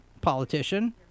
politician